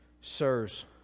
Sirs